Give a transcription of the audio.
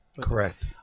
Correct